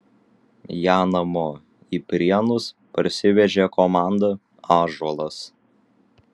ją namo į prienus parsivežė komanda ąžuolas